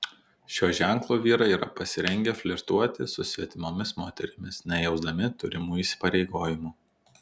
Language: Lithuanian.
šio ženklo vyrai yra pasirengę flirtuoti su svetimomis moterimis nejausdami turimų įsipareigojimų